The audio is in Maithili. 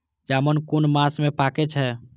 जामून कुन मास में पाके छै?